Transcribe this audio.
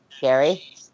Gary